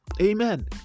Amen